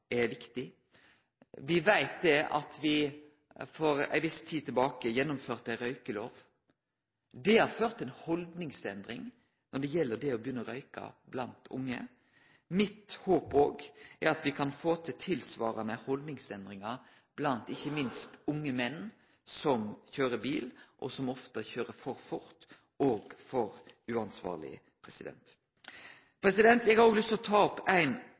er viktig. Me veit at me for ei viss tid tilbake gjennomførte røykeloven. Det har ført til ei haldningsendring blant unge når det gjeld det å begynne å røyke. Mitt håp er at me kan få til tilsvarande haldningsendringar blant ikkje minst unge menn som køyrer bil, og som ofte køyrer for fort og for uansvarleg. Eg har lyst til å ta opp